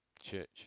church